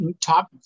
top